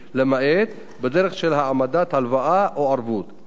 למעט בדרך של העמדת הלוואה או ערבות.